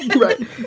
Right